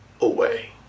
away